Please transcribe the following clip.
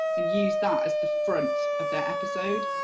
and use that as the front of their episode,